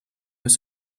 they